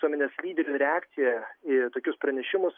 visuomenės lyderių reakciją į tokius pranešimus